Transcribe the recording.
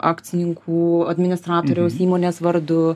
akcininkų administratoriaus įmonės vardu